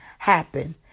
Happen